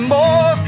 More